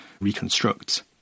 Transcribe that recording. reconstruct